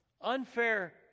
Unfair